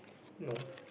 know